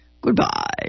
goodbye